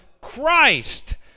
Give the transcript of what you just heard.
christ